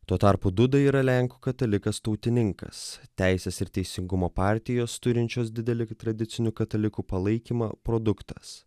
tuo tarpu duda yra lenkų katalikas tautininkas teisės ir teisingumo partijos turinčios didelį tradicinių katalikų palaikymą produktas